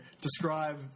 describe